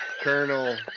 colonel